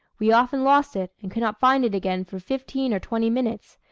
we often lost it, and could not find it again for fifteen or twenty minutes,